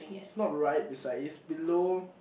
he's not right beside he's below